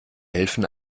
helfen